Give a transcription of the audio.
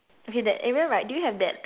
okay that area right do you have that